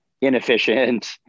Inefficient